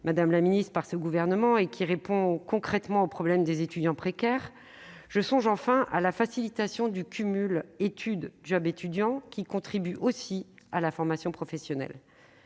euro, lancé par le Gouvernement, qui répond concrètement aux problèmes des étudiants précaires. Je songe enfin à la facilitation du cumul entre études et jobs étudiants, qui contribue aussi à la formation professionnelle.